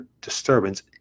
disturbance